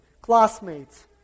classmates